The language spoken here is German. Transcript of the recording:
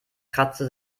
kratzte